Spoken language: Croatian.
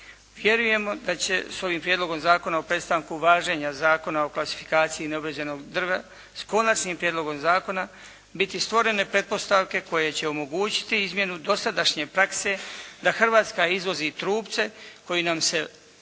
Vjerujemo da će s ovim Prijedlogom zakona o prestanku važenja Zakona o klasifikaciji i neobrađenog drva sa Konačnim prijedlogom zakona biti stvorene pretpostavke koje će omogućiti izmjenu dosadašnje prakse da Hrvatska izvozi trupce koji nam se